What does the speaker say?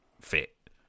fit